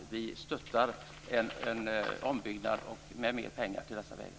Vi stöttar en ombyggnad och mer pengar till dessa vägar.